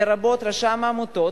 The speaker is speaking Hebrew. לרבות רשם העמותות,